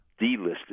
Delisted